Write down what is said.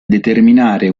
determinare